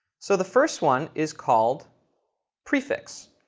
so the first one is called prefix.